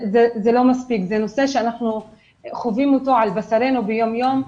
זה נושא שאנחנו חווים אותו על בשרנו ביום יום.